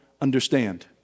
understand